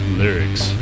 lyrics